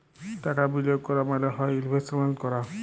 টাকা বিলিয়গ ক্যরা মালে হ্যয় ইলভেস্টমেল্ট ক্যরা